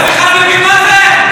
אתה בכלל מבין מה זה?